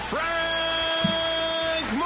Frank